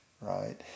Right